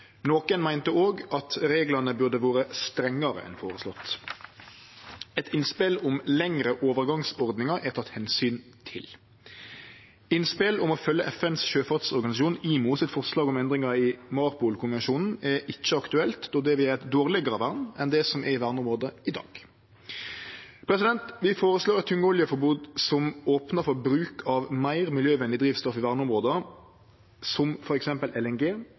Nokon meinte òg at reglane burde ha vore strengare enn foreslått. Eit innspel om lengre overgangsordningar er tekne omsyn til. Innspel om å følgje FNs sjøfartsorganisjon IMOs forslag om endringar i MARPOL-konvensjonen er ikkje aktuelt, då det vil gje eit dårlegare vern enn det som er i verneområdet i dag. Vi foreslår eit tungoljeforbod som opnar for bruk av meir miljøvenleg drivstoff i verneområda, som